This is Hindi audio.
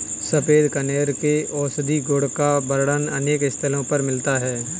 सफेद कनेर के औषधीय गुण का वर्णन अनेक स्थलों पर मिलता है